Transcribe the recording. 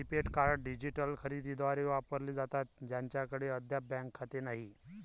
prepaid card digital खरेदी दारांद्वारे वापरले जातात ज्यांच्याकडे अद्याप बँक खाते नाही